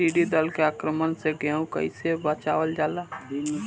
टिडी दल के आक्रमण से गेहूँ के कइसे बचावल जाला?